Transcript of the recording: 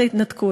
שבא,